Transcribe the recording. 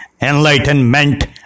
Enlightenment